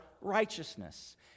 righteousness